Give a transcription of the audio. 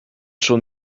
schon